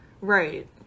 right